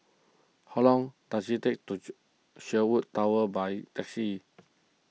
how long does it take to Sherwood Towers by taxi